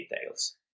details